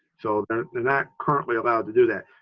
so they're not currently allowed to do that.